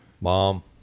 Mom